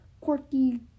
quirky